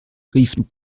riefen